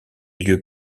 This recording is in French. lieux